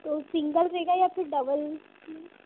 तो सिन्गल रहेगा या फ़िर डबल इसमें